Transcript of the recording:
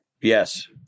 Yes